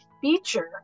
feature